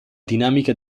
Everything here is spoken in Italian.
dinamica